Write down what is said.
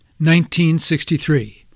1963